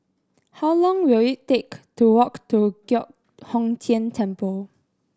how long will it take to walk to Giok Hong Tian Temple